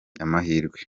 amahirwe